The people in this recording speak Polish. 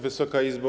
Wysoka Izbo!